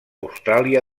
austràlia